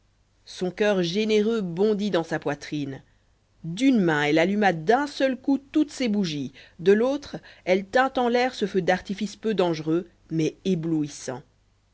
son coeur généreux bondit dans sa poitrine d'une main elle alluma d'un seul coup toutes ses bougies de l'autre elle tint en l'air ce feu d'artifice peu dangereux mais éblouissant